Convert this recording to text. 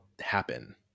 happen